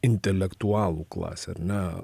intelektualų klasę ar ne